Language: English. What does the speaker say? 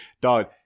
dog